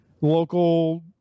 local